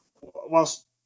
Whilst